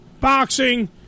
Boxing